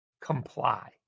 comply